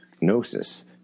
Gnosis